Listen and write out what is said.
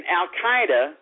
al-Qaeda